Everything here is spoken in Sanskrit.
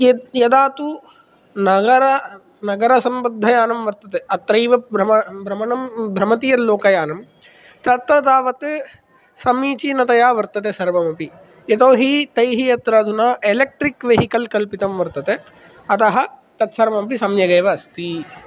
यत् यदा तु नगर नगरसम्बद्धयानं वर्तते अत्रैव भ्रमणं भ्रमति यत् लोकयानं तत्र तावत् समीचीनतया वर्तते सर्वमपि यतो हि तैः अत्र अधुना एलेक्ट्रिक् वेहिकल् कल्पितं वर्तते अतः तत् सर्वमपि सम्यगेव अस्ति